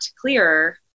clearer